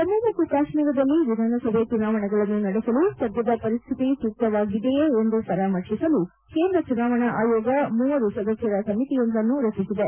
ಜಮ್ನು ಮತ್ತು ಕಾಶ್ನೀರದಲ್ಲಿ ವಿಧಾನಸಭೆ ಚುನಾವಣೆಗಳನ್ನು ನಡೆಸಲು ಸದ್ಗದ ಪರಿಸ್ಹಿತಿ ಸೂಕ್ತವಾಗಿದೆಯೇ ಎಂದು ಪರಾಮರ್ಶಿಸಲು ಕೇಂದ್ರ ಚುನಾವಣಾ ಆಯೋಗ ಮೂವರು ಸದಸ್ಯರ ಸಮಿತಿಯೊಂದನ್ನು ರಚಿಸಿದೆ